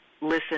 listen